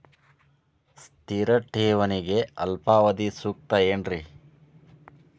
ಸ್ಥಿರ ಠೇವಣಿಗೆ ಅಲ್ಪಾವಧಿ ಸೂಕ್ತ ಏನ್ರಿ?